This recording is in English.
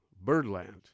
Birdland